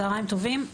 צהריים טובים.